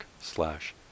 slash